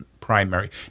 primary